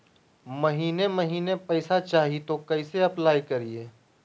महीने महीने पैसा चाही, तो कैसे अप्लाई करिए?